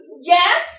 Yes